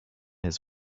his